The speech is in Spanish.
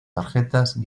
tarjetas